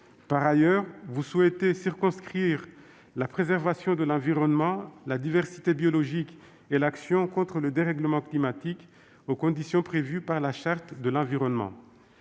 Par ailleurs, vous souhaitez circonscrire la préservation de l'environnement, la diversité biologique et l'action contre le dérèglement climatique aux conditions prévues par la Charte de l'environnement.